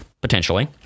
potentially